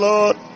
Lord